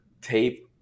tape